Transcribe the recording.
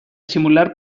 simular